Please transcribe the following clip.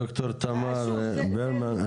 ד"ר תמר ברמן,